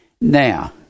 now